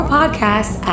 Podcasts